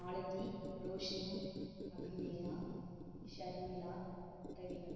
Malathi Roshni Abhinaya Sharmila Revina